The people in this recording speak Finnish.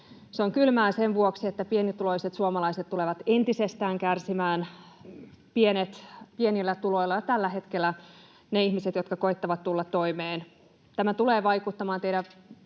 Se on kylmää sen vuoksi, että pienituloiset suomalaiset tulevat entisestään kärsimään. Pienillä tuloilla ovat jo tällä hetkellä ne ihmiset, jotka koettavat tulla toimeen. Teidän